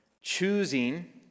choosing